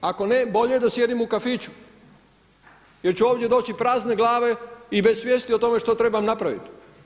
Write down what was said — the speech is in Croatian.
Ako ne bolje da sjedim u kafiću jer ću ovdje doći proći prazne glave i bez svijesti o tome što trebam napraviti.